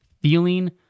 feeling